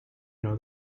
know